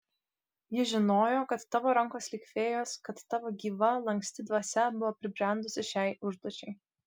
ji žinojo kad tavo rankos lyg fėjos kad tavo gyva lanksti dvasia buvo pribrendusi šiai užduočiai